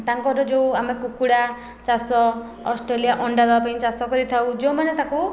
ତାଙ୍କର ଯେଉଁ ଆମେ କୁକୁଡ଼ା ଚାଷ ଅଷ୍ଟ୍ରେଲିଆ ଅଣ୍ଡା ଦେବା ପାଇଁ ଚାଷ କରିଥାଉ ଯେଉଁମାନେ ତାକୁ